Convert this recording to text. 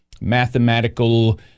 Mathematical